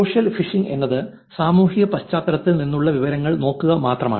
social phishing എന്നത് സാമൂഹിക പശ്ചാത്തലത്തിൽ നിന്നുള്ള വിവരങ്ങൾ നോക്കുക മാത്രമാണ്